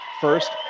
first